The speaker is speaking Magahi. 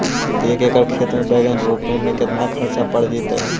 एक एकड़ खेत में बैंगन रोपे में केतना ख़र्चा पड़ जितै?